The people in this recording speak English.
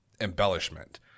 embellishment